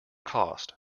cost